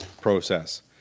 process